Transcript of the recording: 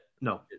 no